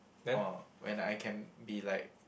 orh when I can be like